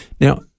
Now